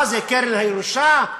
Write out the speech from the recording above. מה זה קרן העיזבונות,